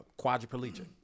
quadriplegic